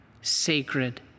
sacred